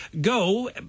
go